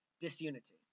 disunity